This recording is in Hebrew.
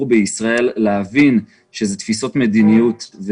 בישראל צריכים להבין שזו תפיסות מדיניות.